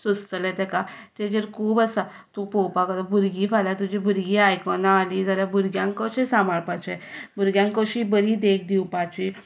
सोंसतलें ताका ताजेर खूब आसा तूं पळोवपाक फाल्यां तुजीं भुरगीं आयकनात जाल्यार भुरग्यांक कशें सांबाळपाचें भुरग्यांक कशी बरी देख दिवपाची